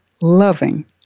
loving